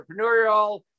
entrepreneurial